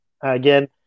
again